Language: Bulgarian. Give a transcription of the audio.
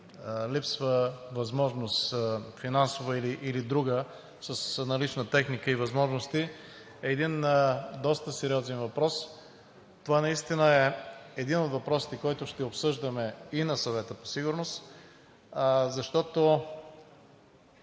липсва възможност – финансова или друга, с налична техника и възможности, е един доста сериозен въпрос. Това наистина е един от въпросите, който ще обсъждаме и на Съвета по сигурност, защото